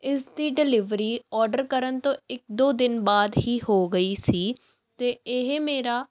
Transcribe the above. ਇਸ ਦੀ delivery order ਕਰਨ ਤੋਂ ਇੱਕ ਦੋ ਦਿਨ ਬਾਅਦ ਹੀ ਹੋ ਗਈ ਸੀ ਅਤੇ ਇਹ ਮੇਰਾ